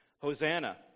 Hosanna